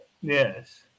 Yes